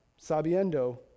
sabiendo